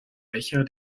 becher